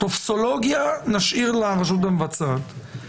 טופסולוגיה נשאיר לרשות המבצעת.